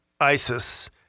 ISIS